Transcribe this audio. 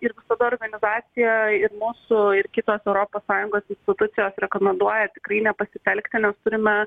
ir visada organizacija ir mūsų ir kitos europos sąjungos institucijos rekomenduoja tikrai nepasitelkti mes turime